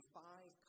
five